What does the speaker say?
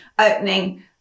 opening